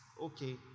okay